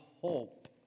hope